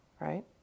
right